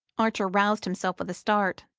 archer roused himself with a start.